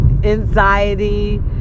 anxiety